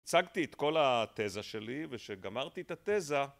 הצגתי את כל התזה שלי ושגמרתי את התזה